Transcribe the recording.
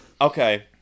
okay